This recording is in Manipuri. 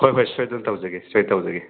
ꯍꯣꯏ ꯍꯣꯏ ꯁꯣꯏꯗꯅ ꯇꯧꯖꯒꯦ ꯁꯣꯏ ꯇꯧꯖꯒꯦ